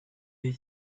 you